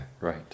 right